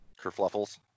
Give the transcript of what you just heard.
kerfluffles